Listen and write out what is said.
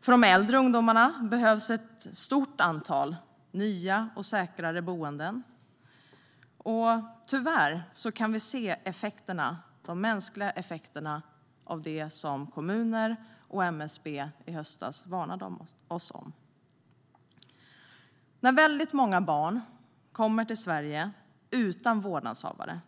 För de äldre ungdomarna behövs ett stort antal nya och säkrare boenden. Tyvärr ser vi de mänskliga effekterna av det som kommuner och MSB i höstas varnade för. När väldigt många barn kommer till Sverige utan vårdnadshavare